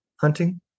hunting